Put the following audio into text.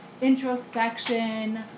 introspection